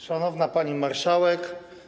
Szanowna Pani Marszałek!